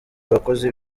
abakozi